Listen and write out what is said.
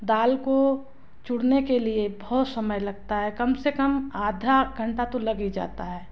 दाल को चूरने के लिए बहुत समय लगता है कम से कम आधा घंटा तो लग ही जाता है